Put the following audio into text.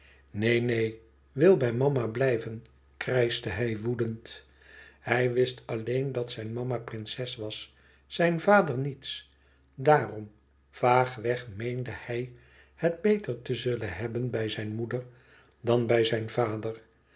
neen neen wil bij mama blijven krijschte hij woedend hij wist alleen dat zijn mama prinses was zijn vader niets daarom vaagweg meende hij het beter te zullen hebben bij zijn moeder dan bij zijn vader